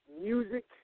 Music